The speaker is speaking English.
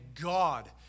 God